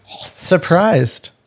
surprised